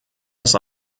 das